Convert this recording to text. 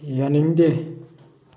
ꯌꯥꯅꯤꯡꯗꯦ